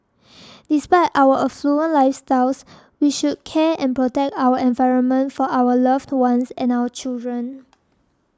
despite our affluent lifestyles we should care and protect our environment for our loved ones and our children